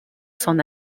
son